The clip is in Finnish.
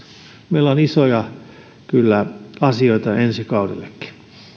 meillä on kyllä isoja asioita ensi kaudellekin